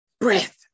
breath